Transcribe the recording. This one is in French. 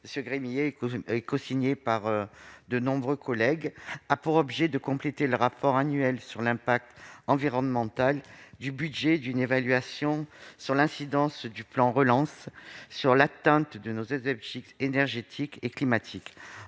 Gremillet, cosigné par de nombreux sénateurs, tend à compléter le rapport annuel sur l'impact environnemental du budget d'une évaluation de l'incidence du plan de relance sur l'atteinte de nos objectifs énergétiques et climatiques.